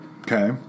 Okay